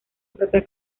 propia